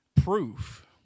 proof